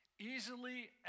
Easily